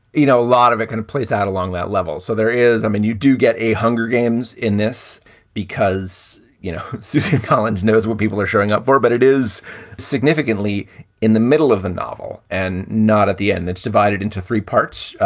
you know, a lot of it kind of plays out along that level. so there is i mean, you do get a hunger games in this because, you know, susan collins knows what people are showing up for, but it is significantly in the middle of the novel and not at the end. it's divided into three parts,